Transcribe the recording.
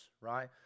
right